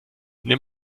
nimm